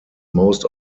most